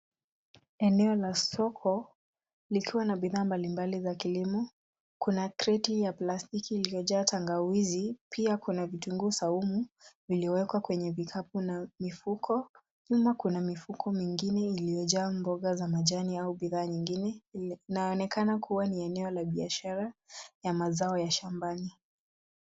Eneo la soko likiwa na bidhaa mbalimbali za kilimo. Kuna kreti ya plastiki iliyojaa tangawizi pia kuna vitunguu saumu vilivyowekwa kwenye vikapu na mifuko. Kama kuna mifuko mingine iliyojaa mboga za majani au bidhaa nyingine. Inaonekana kuwa ni eneo ya biashara ya mazao ya shambani.